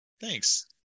thanks